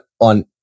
on